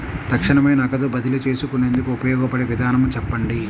తక్షణమే నగదు బదిలీ చేసుకునేందుకు ఉపయోగపడే విధానము చెప్పండి?